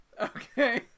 Okay